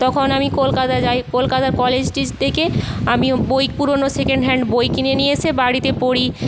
তখন আমি কলকাতায় যাই কলকাতার কলেজ স্ট্রিট থেকে আমি বই পুরোনো সেকেন্ড হ্যান্ড বই কিনে নিয়ে এসে বাড়িতে পড়ি